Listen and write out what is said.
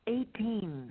Eighteen